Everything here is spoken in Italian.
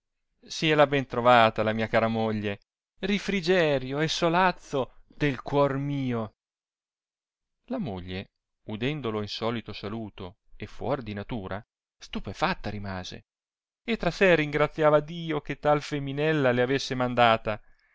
sia la ben trovala la mia cara moglie rifrigerio e solazzo del cuor mio la moglie udendo lo insotito saluto e fuor di natura stupefatta rimase e tra sé ringraziava dio che tal feminella le avesse mandata